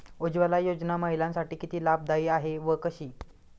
उज्ज्वला योजना महिलांसाठी किती लाभदायी आहे व कशी?